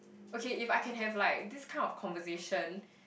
okay if I can have like this kind of conversation